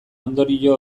ondorio